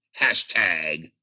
Hashtag